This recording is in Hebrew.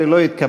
19 לא התקבלה.